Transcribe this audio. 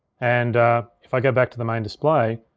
and if i go back to the main display,